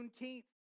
Juneteenth